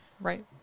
right